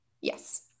yes